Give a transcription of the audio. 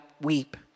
weep